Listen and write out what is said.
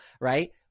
right